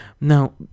Now